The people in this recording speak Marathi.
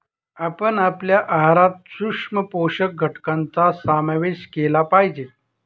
आपण आपल्या आहारात सूक्ष्म पोषक घटकांचा समावेश केला पाहिजे